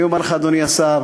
אני אומר לך, אדוני השר,